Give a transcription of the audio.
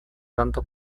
dando